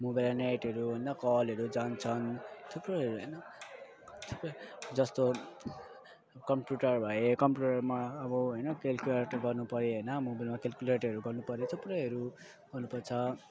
mobile नेटहरू होइन कलहरू जान्छन् थुप्रोहरू होइन थुप्रै जस्तो कम्प्युटर भए कम्प्युटरमा अब होइन क्याल्कुलेटर गर्नुपऱ्यो होइन मोबाइलमा क्याल्कुलेटरहरू गर्नुपऱ्यो थुप्रोहरू गर्नुपर्छ